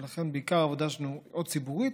ולכן בעיקר העבודה שלנו היא או ציבורית